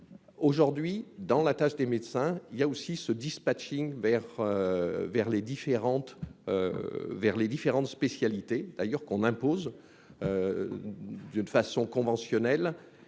aujourd'hui dans la tâche des médecins, il y a aussi ce dispatching vers vers les différentes vers les différentes spécialités d'ailleurs qu'on impose d'une façon conventionnelle